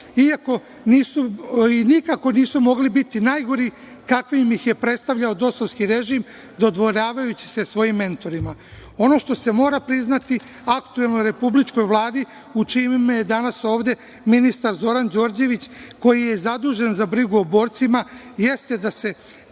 i nikako nisu mogli biti najgori, kakvim ih je predstavljao DOS-ovski režim, dodvoravajući se svojim mentorima. Ono što se mora priznati aktuelnoj republičkoj Vladi, u čime je danas ovde ministar Zoran Đorđević koji je zadužen za brigu o borcima, jeste da